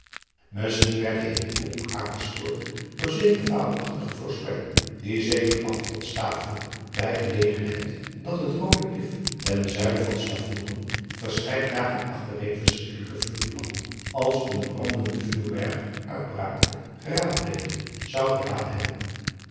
isschien werd hij hiertoe ook aangespoord door zekere fabelachtige voorspelling die zekere afgod bij gelegenheid dat het oode lif ten zuiden van taveren verscheiden dagen achtereen verschrikkelijke vuurvlammen als een brandende vuurberg uitbraakte geraadpleegd zou gedaan hebben